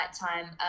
time